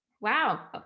Wow